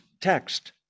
text